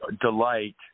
delight